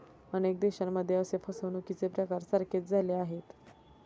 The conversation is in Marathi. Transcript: अनेक देशांमध्ये असे फसवणुकीचे प्रकार सारखेच झाले आहेत